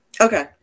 okay